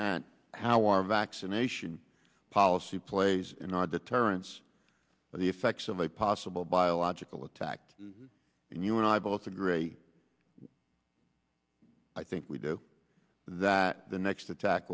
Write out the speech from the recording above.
at how our vaccination policy plays in our deterrence of the effects of a possible biological attack and you and i both agree i think we do that the next attack